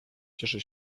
cieszy